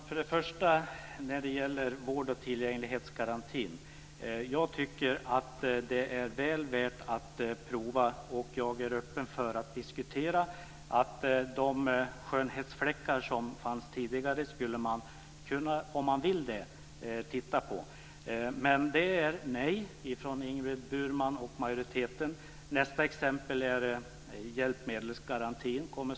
Fru talman! Jag tycker att vård och tillgänglighetsgarantin är väl värd att pröva, och jag är öppen för att diskutera de skönhetsfläckar som fanns tidigare. Men det är nej från Ingrid Burman och majoriteten. Nästa exempel är hjälpmedelsgarantin.